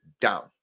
down